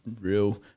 real